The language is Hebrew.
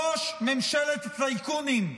ראש ממשלת הטייקונים.